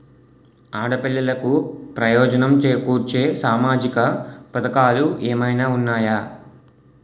ఆడపిల్లలకు ప్రయోజనం చేకూర్చే సామాజిక పథకాలు ఏమైనా ఉన్నాయా?